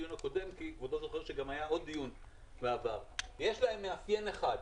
הדיון הקודם כי כבודו זוכר שגם היה עוד דיון בעבר ויש להם מאפיין אחד.